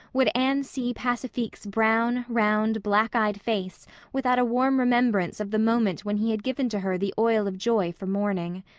would anne see pacifique's brown, round, black-eyed face without a warm remembrance of the moment when he had given to her the oil of joy for mourning.